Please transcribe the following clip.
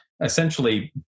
essentially